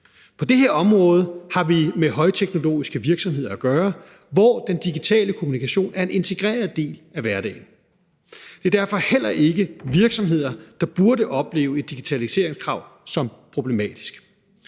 På det her område har vi med højteknologiske virksomheder at gøre, hvor den digitale kommunikation er en integreret del af hverdagen. Det er derfor heller ikke virksomhederne, der burde opleve et digitaliseringskrav som problematisk.